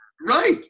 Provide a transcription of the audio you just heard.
Right